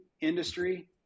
industry